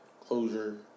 closure